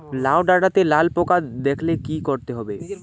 লাউ ডাটাতে লাল পোকা দেখালে কি করতে হবে?